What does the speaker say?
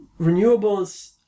renewables